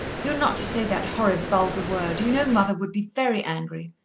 you're not to say that horrid, vulgar word. you know mother would be very angry.